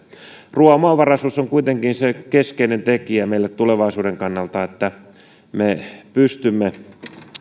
ruuan omavaraisuus on kuitenkin se keskeinen tekijä meille tulevaisuuden kannalta että me pystymme